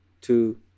two